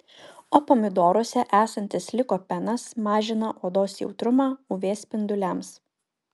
o pomidoruose esantis likopenas mažina odos jautrumą uv spinduliams